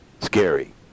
Scary